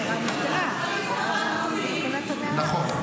שרה נפטרה אז --- נכון.